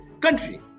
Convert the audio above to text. country